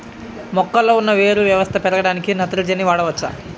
మొక్కలో ఉన్న వేరు వ్యవస్థ పెరగడానికి నత్రజని వాడవచ్చా?